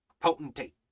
Potentate